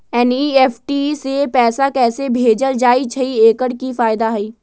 NEFT से पैसा कैसे भेजल जाइछइ? एकर की फायदा हई?